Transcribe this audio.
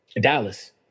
Dallas